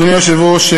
אדוני היושב-ראש,